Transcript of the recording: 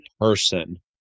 person